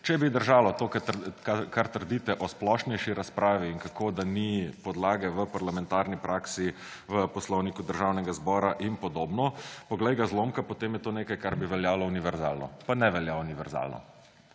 Če bi držalo to, kar trdite o splošnejši razpravi in kako, da ni podlage v parlamentarni praksi v Poslovniku Državnega zbora in podobno, pa glej ga zlomka, potem je to nekaj, kar bi veljalo univerzalno. Pa ne velja univerzalno.